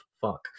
fuck